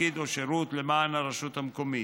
תפקיד או שירות למען הרשות המקומית,